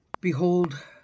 Behold